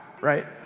right